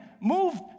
move